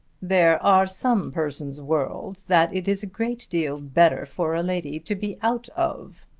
there are some persons' worlds that it is a great deal better for a lady to be out of,